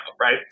right